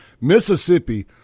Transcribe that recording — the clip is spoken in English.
Mississippi